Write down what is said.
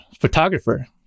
photographer